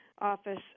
Office